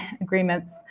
agreements